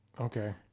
Okay